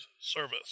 service